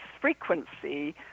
frequency